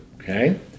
Okay